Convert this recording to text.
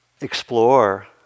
explore